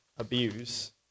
Abuse